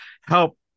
help